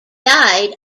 died